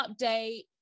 Update